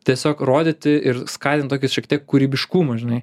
tiesiog rodyti ir skatinti tokius šiek tiek kūrybiškumui žinai